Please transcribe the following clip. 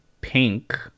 Pink